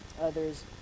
others